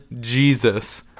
Jesus